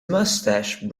moustache